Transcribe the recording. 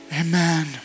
Amen